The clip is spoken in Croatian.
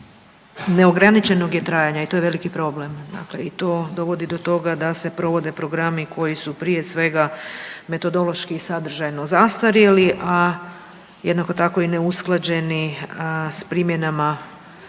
neograničenog je trajanja i to je veliki problem. Dakle i to dovodi to toga da se provode programi koji su prije svega metodološki i sadržajno zastarjeli, a jednako tako i neusklađeni s promjenama